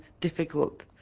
difficult